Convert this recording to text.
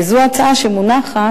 וזו ההצעה המונחת